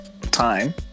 time